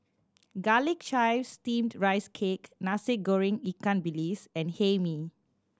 Garlic Chives Steamed Rice Cake Nasi Goreng ikan bilis and Hae Mee